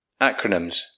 Acronyms